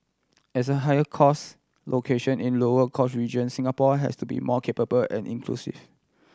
as a higher cost location in lower cost region Singapore has to be more capable and inclusive